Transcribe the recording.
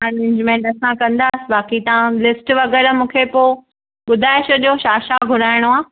arrangement असां कंदासीं बाकी तव्हां लिस्ट वगैरह मूंखे पोइ ॿुधाइ छॾियो छा छा घुराइणो आहे